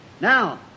Now